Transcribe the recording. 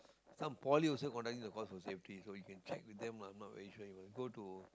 some poly also conducting the course for safety so you can check with them lah I not very sure you must go to